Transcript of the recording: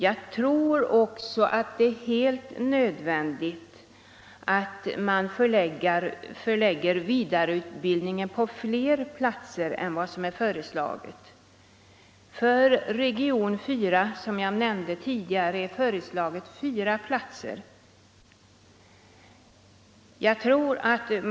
Jag tror också det är helt nödvändigt att förlägga vidareutbildningen till fler platser än som är föreslaget. För region 4, som jag tidigare nämnde, är föreslaget fyra platser.